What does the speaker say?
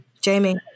Jamie